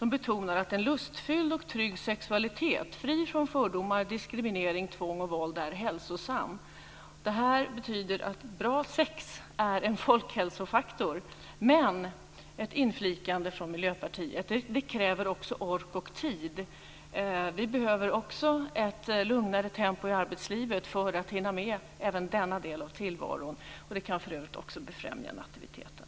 "Enligt kommittén är en lustfull och trygg sexualitet, fri från fördomar, diskriminering, tvång och våld hälsosam." Det här betyder att bra sex är en folkhälsofaktor. Men - ett inflikande från Miljöpartiet - det kräver också ork och tid. Vi behöver ett lugnare tempo i arbetslivet för att hinna med även denna del av tillvaron. Det kan för övrigt också befrämja nativiteten.